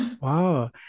Wow